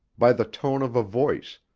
by the tone of a voice,